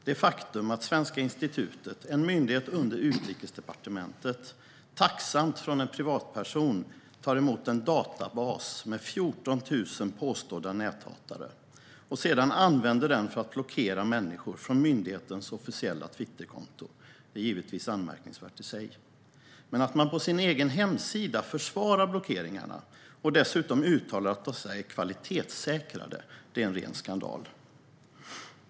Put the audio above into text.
Det faktum att Svenska institutet, en myndighet under Utrikesdepartementet, från en privatperson tacksamt tar emot en databas med 14 000 påstådda näthatare och sedan använder den för att blockera människor från myndighetens officiella Twitterkonto är givetvis anmärkningsvärt i sig. Men att man på sin egen hemsida försvarar blockeringarna, och dessutom uttalar att dessa är kvalitetssäkrade, är en ren skandal.